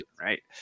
Right